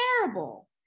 terrible